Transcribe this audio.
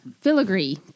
Filigree